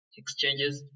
exchanges